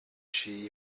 she